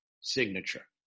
signature